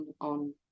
on